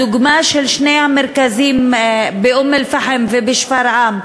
הדוגמה של שני המרכזים באום-אלפחם ובשפרעם,